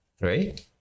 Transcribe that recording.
Right